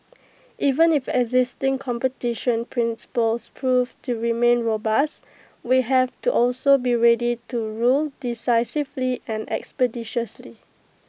even if existing competition principles prove to remain robust we have to also be ready to rule decisively and expeditiously